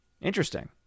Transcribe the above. interesting